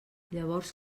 llavors